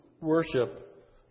worship